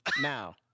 Now